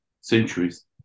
centuries